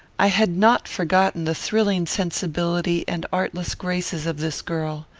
i had not forgotten the thrilling sensibility and artless graces of this girl.